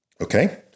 Okay